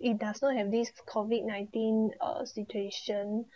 if does not have these COVID-nineteen uh situation